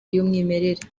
y’umwimerere